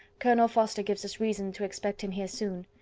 colonel forster gives us reason to expect him here soon.